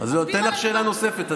אז אתן לך שאלה נוספת,